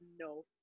no